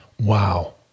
Wow